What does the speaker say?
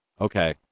Okay